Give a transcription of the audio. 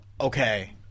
okay